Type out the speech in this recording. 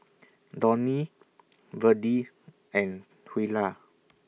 Donny Verdie and Twyla